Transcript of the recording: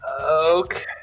Okay